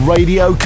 Radio